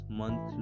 month